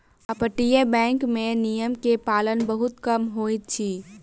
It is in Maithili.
अपतटीय बैंक में नियम के पालन बहुत कम होइत अछि